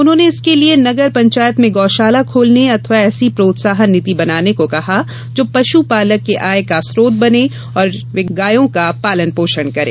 उन्होंने इसके लिए नगर पंचायत में गौशाला खोलने अथवा ऐसी प्रोत्साहन नीति बनाने को कहा जो पशु पालक के आय का स्रोत बने और वे गायों का पालन पोषण करें